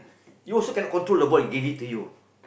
you also cannot control the ball he gave it to you